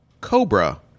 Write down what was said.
Cobra